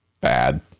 bad